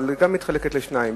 אבל גם מתחלקת לשניים,